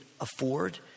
afford